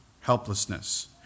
helplessness